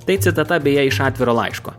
tai citata beje iš atviro laiško